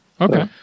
okay